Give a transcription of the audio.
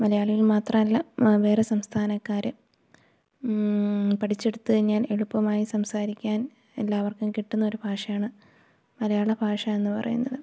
മലയാളികൾ മാത്രമല്ല വേറെ സംസ്ഥാനക്കാര് പഠിച്ചെടുത്ത് കഴിഞ്ഞാൽ എളുപ്പമായി സംസാരിക്കാൻ എല്ലാവർക്കും കിട്ടുന്നൊരു ഭാഷയാണ് മലയാള ഭാഷ എന്നു പറയുന്നത്